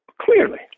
Clearly